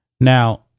Now